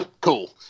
Cool